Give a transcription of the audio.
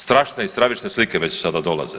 Strašne i stravične slike već sada dolaze.